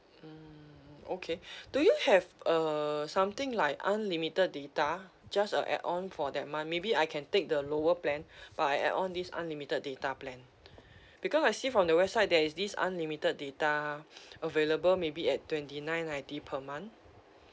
mm okay do you have uh something like unlimited data just a add on for that month maybe I can take the lower plan but I add on this unlimited data plan because I see from the website there is this unlimited data available maybe at twenty nine ninety per month